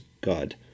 God